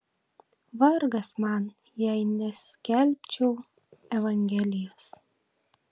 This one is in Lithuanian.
vargas man jei neskelbčiau evangelijos